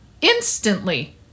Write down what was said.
instantly